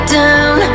down